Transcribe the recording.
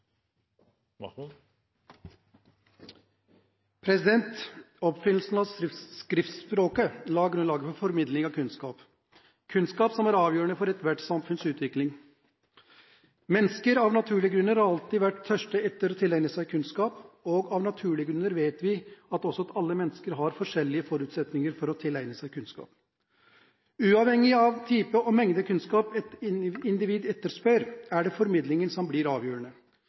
avgjørende for ethvert samfunns utvikling. Mennesker har av naturlige grunner alltid tørstet etter å tilegne seg kunnskap, og av naturlige grunner vet vi også at alle mennesker har forskjellige forutsetninger for å tilegne seg kunnskap. Uavhengig av type og mengde kunnskap et individ etterspør, er det formidlingen som blir avgjørende.